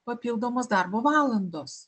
papildomos darbo valandos